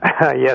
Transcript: Yes